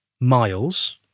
Miles